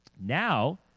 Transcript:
Now